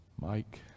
Mike